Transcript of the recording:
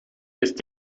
ist